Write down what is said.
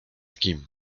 kim